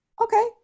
Okay